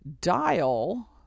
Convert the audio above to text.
dial